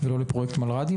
בעיה אמיתית.